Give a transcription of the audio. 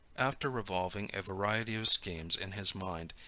after revolving a variety of schemes in his mind,